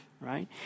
right